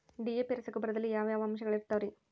DAP ರಸಗೊಬ್ಬರದಲ್ಲಿ ಯಾವ ಯಾವ ಅಂಶಗಳಿರುತ್ತವರಿ?